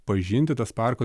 pažinti tas parko